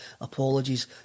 Apologies